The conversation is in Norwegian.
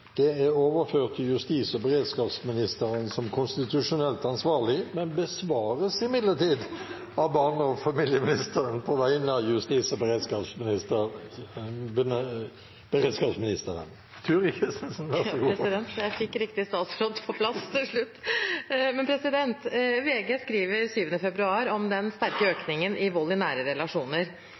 Det er overført til justis- og beredskapsministeren som konstitusjonelt ansvarlig, men besvares imidlertid av barne- og familieministeren på vegne av justis- og beredskapsministeren, som har sykdomsforfall. Jeg fikk riktig statsråd på plass til slutt. «VG skriver 7. februar om den sterke økningen i vold i nære relasjoner.